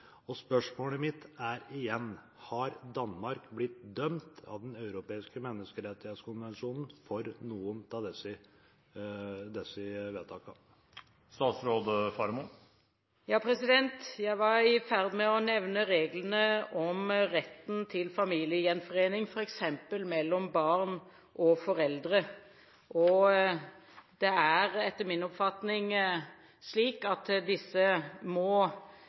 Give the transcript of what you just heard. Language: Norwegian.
vedtatt. Spørsmålet mitt er igjen: Har Danmark blitt dømt i henhold til Den europeiske menneskerettighetskonvensjonen for noen av disse vedtakene? Jeg var i ferd med å nevne reglene om retten til familiegjenforening, f.eks. mellom barn og foreldre. Det er etter min oppfatning slik at man må